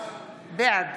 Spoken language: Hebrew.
בעד